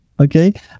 Okay